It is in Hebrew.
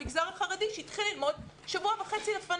לך לעבודה אבל תשב עם מסכה ואל תתקהל ותהיה במרחק של שני מטרים.